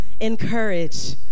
encourage